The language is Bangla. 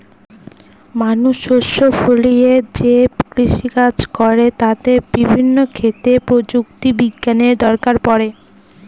মানুষ শস্য ফলিয়ে যে কৃষিকাজ করে তাতে বিভিন্ন ক্ষেত্রে প্রযুক্তি বিজ্ঞানের দরকার পড়ে